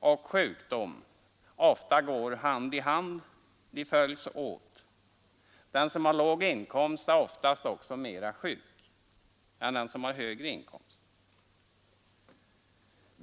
och sjukdom ofta går hand i hand. Den som har låg inkomst är också oftare sjuk än den som har en högre inkomst.